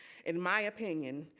in my opinion,